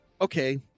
okay